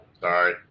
Sorry